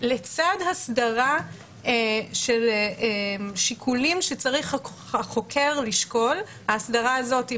לצד הסדרה של שיקולים שצריך החוקר לשקול ההסדרה הזאת היא